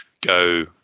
go –